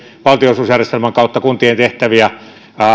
valtionosuusjärjestelmän kautta kuntien tehtäviä